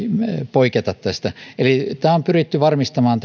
poiketa tästä eli toimitusvarmuus on pyritty varmistamaan